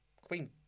Queen